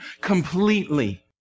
completely